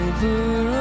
Over